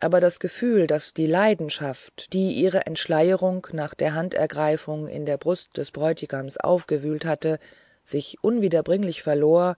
aber das gefühl daß die leidenschaft die ihre entschleierung nach der handergreifung in der brust des bräutigams aufgewühlt hatte sich unwiederbringlich verlor